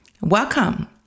Welcome